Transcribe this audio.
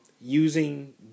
Using